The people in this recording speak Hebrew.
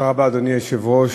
אדוני היושב-ראש,